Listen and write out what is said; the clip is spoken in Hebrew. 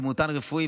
דימותן רפואי,